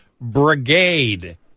brigade